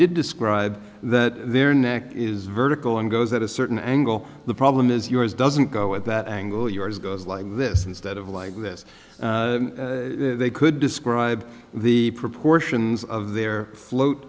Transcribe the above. did describe that their neck is vertical and goes at a certain angle the problem is yours doesn't go at that angle yours goes like this instead of like this they could describe the proportions of their float